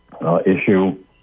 Issue